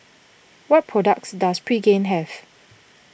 what products does Pregain have